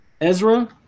Ezra